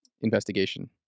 investigation